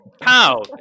Pow